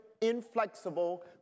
inflexible